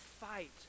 fight